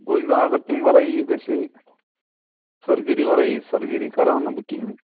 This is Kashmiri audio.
بہٕ حظ چھُس دَپان اگر تَمہِ وَرٲیی یہِ گَژھِ ہے سٔرجٔری وَرٲیی سٔرجٔری کَرٕہا نہٕ بہٕ کِہیٖنۍ